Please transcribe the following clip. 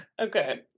Okay